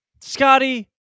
Scotty